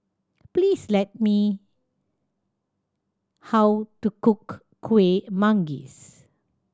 please let me how to cook Kuih Manggis